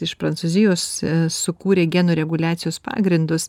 iš prancūzijos sukūrė genų reguliacijos pagrindus